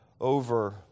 over